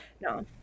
no